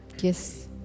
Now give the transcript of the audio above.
Yes